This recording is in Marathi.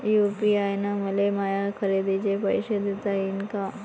यू.पी.आय न मले माया खरेदीचे पैसे देता येईन का?